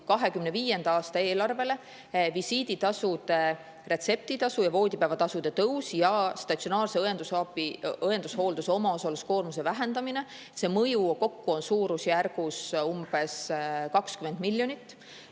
2025. aasta eelarvele – visiiditasu, retseptitasu ja voodipäevatasu tõus ja statsionaarse õendushoolduse omaosaluskoormuse vähendamine – kokku on suurusjärgus umbes 20 miljonit.